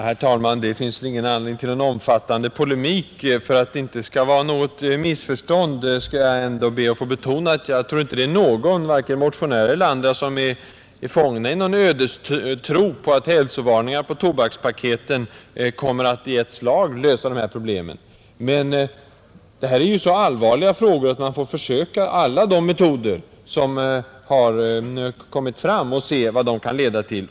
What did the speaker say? Herr talman! Det finns väl inte anledning till någon omfattande polemik i detta ärende. För att det inte skall råda något missförstånd ber jag ändå att få betona att jag tror inte det är några — vare sig motionärer eller andra — som är fångna i någon ödestro på att hälsovarningar på tobakspaketen kommer att i ett slag lösa de här problemen. Men detta är ju så allvarliga problem, att man får pröva alla de metoder som har kommit fram och se vad de kan leda till.